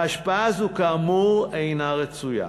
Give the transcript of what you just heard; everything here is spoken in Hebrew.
ההשפעה הזאת, כאמור, אינה רצויה,